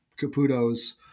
Caputo's